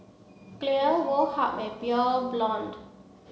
Clear Woh Hup and Pure Blonde